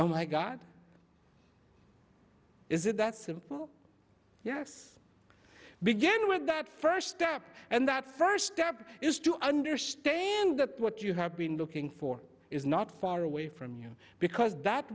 oh my god is it that simple yes begin with that first step and that first step is to understand that what you have been looking for is not far away from you because that